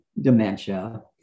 dementia